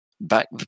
Back